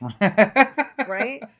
Right